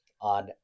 on